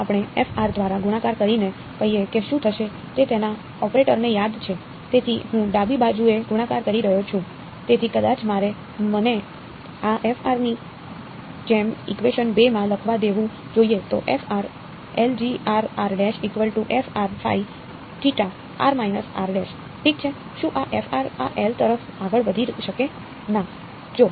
ચાલો આપણે f ની જેમઇકવેશન 2 માં લખવા દેવું જોઈએ